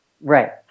Right